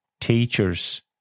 teachers